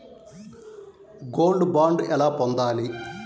Gold bond ఎలా పొందాలి?